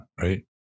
right